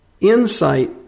insight